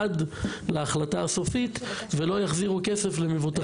עד להחלטה הסופית ולא יחזירו כסף למבוטחים.